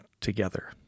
together